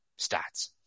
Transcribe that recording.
stats